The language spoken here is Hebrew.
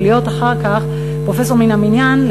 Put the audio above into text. זה להיות אחר כך פרופסור מן המניין,